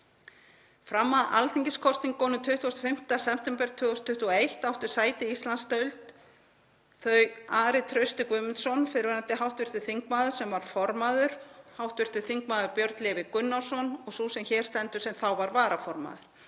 Fram að alþingiskosningum 25. september 2021 áttu sæti í Íslandsdeild þau Ari Trausti Guðmundsson, fyrrverandi hv. þingmaður, sem var formaður, hv. þm. Björn Leví Gunnarsson og sú sem hér stendur, sem þá var varaformaður.